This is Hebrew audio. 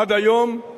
עד היום,